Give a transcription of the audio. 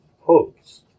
hopes